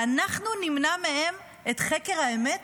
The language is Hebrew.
ואנחנו נמנע מהם את חקר האמת?